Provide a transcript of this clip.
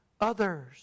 others